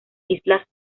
islas